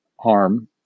harm